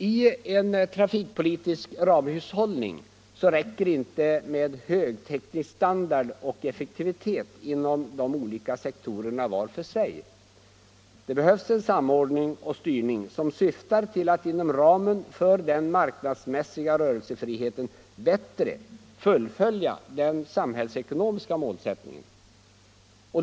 I en trafikpolitisk ramhushållning räcker det inte med hög teknisk standard och effektivitet inom de olika sektorerna var för sig. Det behövs en samordning och styrning som syftar till att inom ramen för den marknadsmässiga rörelsefriheten bättre fullfölja den samhällsekonomiska målsättningen.